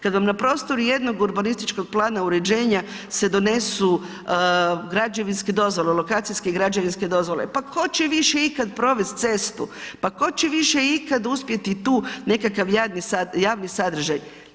Kad vam na prostoru jednog urbanističkog plana uređenja se donesu građevinske dozvole, lokacijske građevinske dozvole, pa tko će više ikad provesti cestu, pa tko će više ikad uspjeti tu nekakav javni sadržaj?